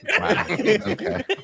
Okay